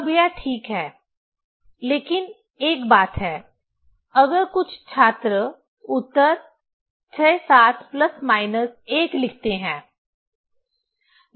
अब यह ठीक है लेकिन एक बात है अगर कुछ छात्र उत्तर 67 प्लस माइनस 1 लिखते हैं